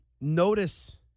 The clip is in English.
notice